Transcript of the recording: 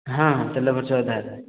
ହଁ ତେଲ ଖର୍ଚ୍ଚ ଅଧା ଅଧା